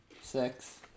Six